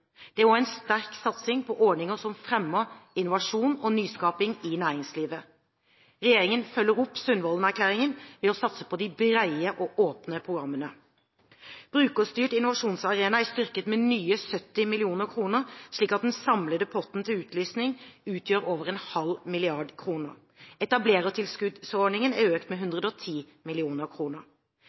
Det er også en sterk satsing på ordninger som fremmer innovasjon og nyskaping i næringslivet. Regjeringen følger opp Sundvolden-erklæringen ved å satse på de brede og åpne programmene. Brukerstyrt innovasjonsarena er styrket med nye 70 mill. kr, slik at den samlede potten til utlysning utgjør over en halv milliard kroner. Etablerertilskuddsordningen er økt med